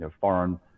foreign